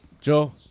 Joe